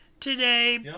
today